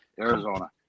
Arizona